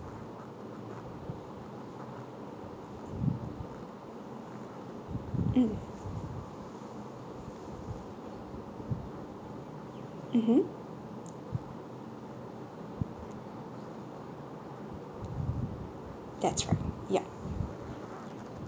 mm mmhmm that's right yup